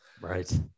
right